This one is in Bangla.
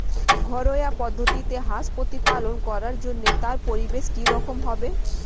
ঘরোয়া পদ্ধতিতে হাঁস প্রতিপালন করার জন্য তার পরিবেশ কী রকম হবে?